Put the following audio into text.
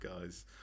guys